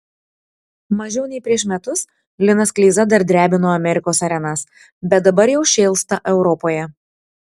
mažiau nei prieš metus linas kleiza dar drebino amerikos arenas bet dabar jau šėlsta europoje